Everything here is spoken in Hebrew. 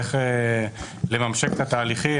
איך לממשק את התהליכים,